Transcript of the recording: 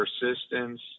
persistence